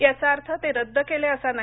याचा अर्थ ते रद्द केले असा नाही